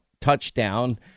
touchdown